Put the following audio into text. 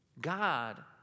God